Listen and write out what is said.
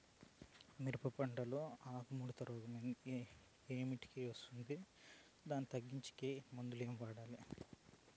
మిరప పంట లో ఆకు ముడత రోగం ఏమిటికి వస్తుంది, దీన్ని తగ్గించేకి ఏమి మందులు వాడాలి?